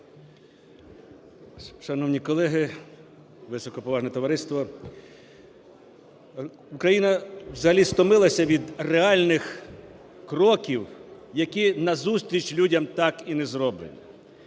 Шановні колеги, високоповажне товариство! Україна взагалі стомилася від реальних кроків, які назустріч людям так і не зроблені.